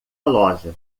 loja